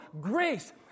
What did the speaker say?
grace